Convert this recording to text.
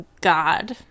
God